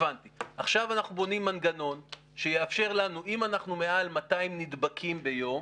עכשיו אנחנו בונים מנגנון שיאפשר לנו אם אנחנו מעל 200 נדבקים ביום,